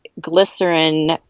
glycerin